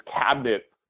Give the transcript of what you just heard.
cabinet